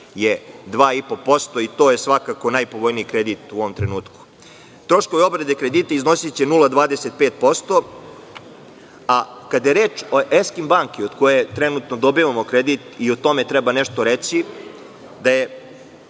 je 2,5% i to je svakako najpovoljniji kredit u ovom trenutku. Troškovi obrade kredite iznosiće 0,25%, a kada je reč o „Eskim banci“ , od koje trenutno dobijamo kredit i o tome treba nešto reći, da je